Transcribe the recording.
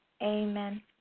Amen